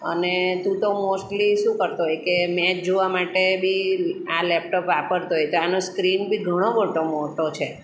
અને તુ તો મોસ્ટલી શું કરતો હોય કે મેચ જોવા માટે બી આ લેપટોપ વાપરતો હોય તો આનો સ્ક્રીન બી ઘણો મોટો મોટો છે